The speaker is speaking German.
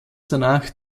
danach